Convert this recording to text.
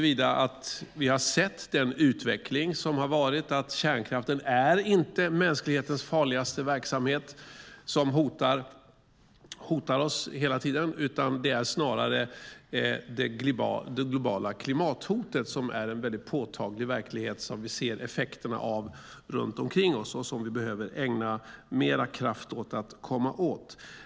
Vi har av utvecklingen sett att kärnkraften inte är mänsklighetens farligaste verksamhet som hotar oss. Det är snarare det globala klimathotet som är en påtaglig verklighet som vi ser effekterna av runt omkring oss och som vi behöver ägna mer kraft åt att komma åt.